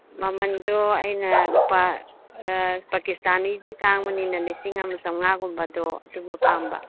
ꯃꯃꯜꯗꯨ ꯑꯩꯅ ꯂꯨꯄꯥ ꯄꯥꯀꯤꯁꯇꯥꯅꯤꯗꯤ ꯇꯥꯡꯕꯅꯤꯅ ꯂꯤꯁꯤꯡ ꯑꯃ ꯆꯃꯉꯥꯒꯨꯝꯕꯗꯨ ꯑꯗꯨꯝꯕ ꯄꯥꯝꯕ